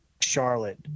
Charlotte